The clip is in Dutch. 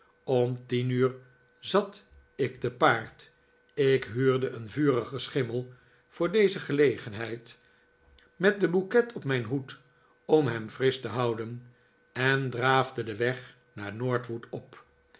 om tien uur zat ik te paard ik huurde een vurigen schimmel voor deze gelegenheid met den bouquet op mijn hoed om hem frisch te houden en draafde den weg naar norwood op